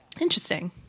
Interesting